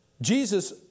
Jesus